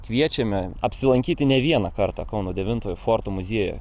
kviečiame apsilankyti ne vieną kartą kauno devintojo forto muziejuje